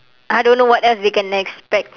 I don't know what else they can expect